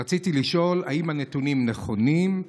רציתי לשאול: 1. האם הנתונים נכונים?